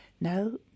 no